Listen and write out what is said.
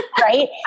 Right